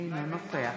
אינו נוכח